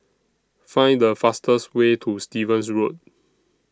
Find The fastest Way to Stevens Road